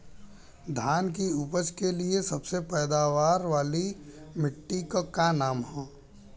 धान की उपज के लिए सबसे पैदावार वाली मिट्टी क का नाम ह?